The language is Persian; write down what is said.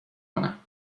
کنم